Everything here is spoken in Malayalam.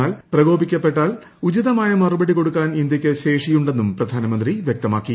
എന്നാൽ പ്രകോപിക്കപ്പെട്ടാൽ ഉചിതമായ മറുപടി കൊടുക്കാൻ ഇന്തൃക്ക് ശേഷിയുണ്ടെന്നും പ്രധാനമന്ത്രി വ്യക്തമാക്കി